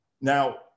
Now